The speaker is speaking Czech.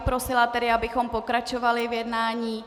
Prosila bych tedy, abychom pokračovali v jednání.